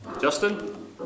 Justin